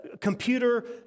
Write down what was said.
computer